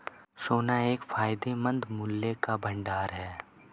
सोना एक फायदेमंद मूल्य का भंडार है